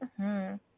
-hmm